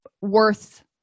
worth